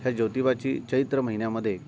ह्या ज्योतिबाची चैत्र महिन्यामध्ये